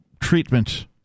treatment